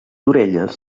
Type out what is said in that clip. orelles